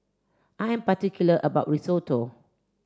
I'm particular about Risotto